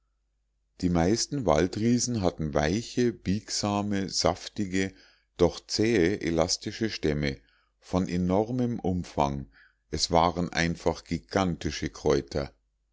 die meisten waldriesen hatten weiche biegsame saftige doch zähe elastische stämme von enormem umfang es waren einfach gigantische kräuter